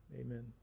amen